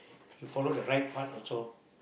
you follow the right part also